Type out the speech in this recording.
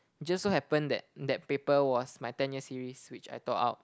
just so happen that that paper was my ten year series which I tore out